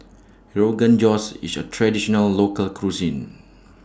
Rogan Josh IS A Traditional Local Cuisine